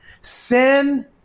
Sin